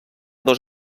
dos